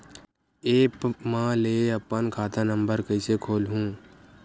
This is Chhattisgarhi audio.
एप्प म ले अपन खाता नम्बर कइसे खोलहु?